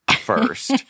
First